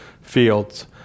fields